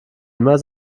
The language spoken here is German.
immer